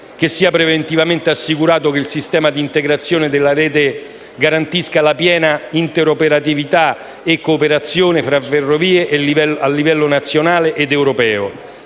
che sia preventivamente assicurato che il sistema di integrazione della rete garantisca la piena interoperatività e cooperazione fra ferrovie a livello nazionale ed europeo;